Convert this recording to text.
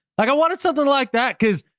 like i wanted something like that because.